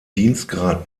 dienstgrad